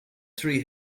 three